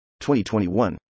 2021